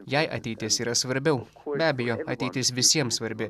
jei ateitis yra svarbiau be abejo ateitis visiems svarbi